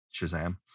Shazam